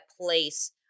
place